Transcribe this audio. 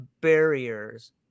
barriers